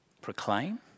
proclaim